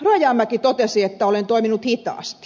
rajamäki totesi että olen toiminut hitaasti